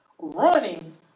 running